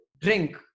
drink